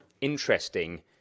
interesting